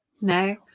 No